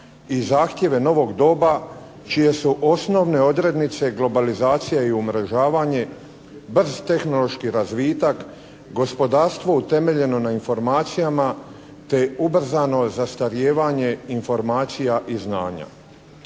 i zahtjeve novog doba čije su osnovne odrednice globalizacija i umrežavanje, brz tehnološki razvitak, gospodarstvo utemeljeno na informacijama te ubrzano zastarijevanje informacija i znanja.